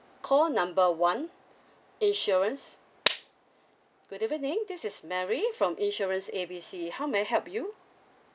call number one insurance good evening this is mary from insurance A B C how may I help you